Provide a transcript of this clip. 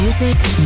music